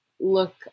look